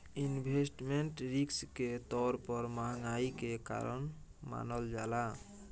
investment risk के तौर पर महंगाई के कारण मानल जाला